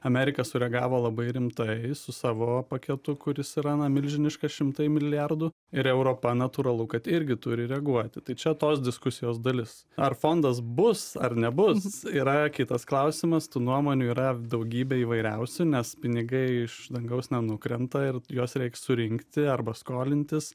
amerika sureagavo labai rimtai su savo paketu kuris yra na milžiniškas šimtai milijardų ir europa natūralu kad irgi turi reaguoti tai čia tos diskusijos dalis ar fondas bus ar nebus yra kitas klausimas tų nuomonių yra daugybė įvairiausių nes pinigai iš dangaus nenukrenta ir juos reik surinkti arba skolintis